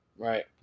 Right